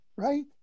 Right